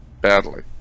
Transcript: Badly